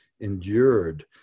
endured